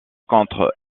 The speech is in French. contre